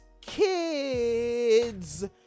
kids